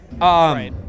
Right